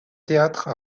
théâtre